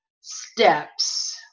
steps